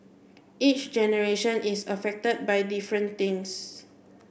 each generation is affected by different things